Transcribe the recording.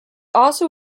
also